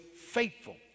faithful